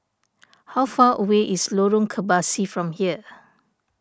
how far away is Lorong Kebasi from here